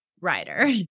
writer